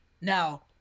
Now